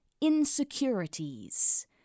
Insecurities